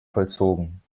vollzogen